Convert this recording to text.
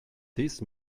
this